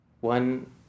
One